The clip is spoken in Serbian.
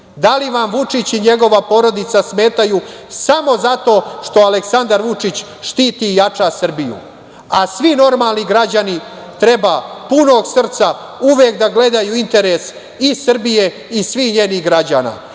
Da li vam Vučić i njegova porodica smetaju samo zato što Aleksandar Vučić štiti i jača Srbiju? Svi normalni građani treba punog srca uvek da gledaju interes i Srbije i svih njenih građana,